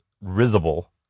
risible